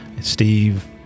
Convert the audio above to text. Steve